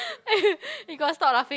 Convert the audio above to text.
eh you gotta stop laughing